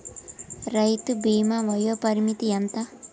రైతు బీమా వయోపరిమితి ఎంత?